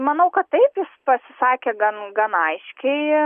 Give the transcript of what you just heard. manau kad taip jis pasisakė gan gan aiškiai